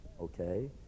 okay